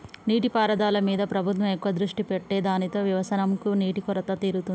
నీటి పారుదల మీద ప్రభుత్వం ఎక్కువ దృష్టి పెట్టె దానితో వ్యవసం కు నీటి కొరత తీరుతాంది